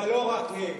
אבל לא רק הם,